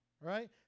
right